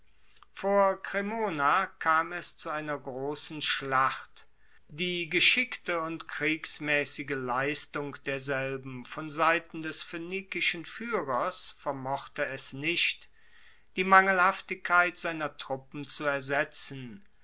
vor cremona kam es zu einer grossen schlacht die geschickte und kriegsmaessige leistung derselben von seiten des phoenikischen fuehrers vermochte es nicht die mangelhaftigkeit seiner truppen zu ersetzen